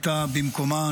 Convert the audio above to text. הייתה במקומה.